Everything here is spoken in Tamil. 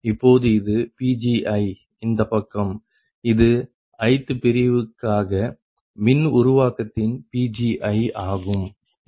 இப்பொழுது இது Pgi இந்த பக்கம் இது ith பிரிவுக்காக மின் உருவாக்கத்தின் Pgi ஆகும்